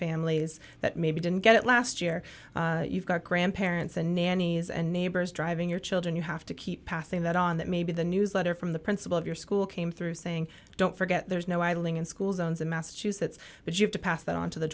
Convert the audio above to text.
families that maybe didn't get it last year you've got grandparents and nannies and neighbors driving your children you have to keep passing that on that may be the news letter from the principal of your school came through saying don't forget there's no idling in school zones in massachusetts but you have to pass that on to the